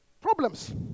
Problems